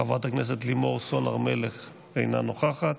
חברת הכנסת לימור סון הר מלך, אינה נוכחת,